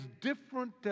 different